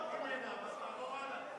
אם אין אז תעבור הלאה.